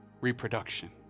Reproduction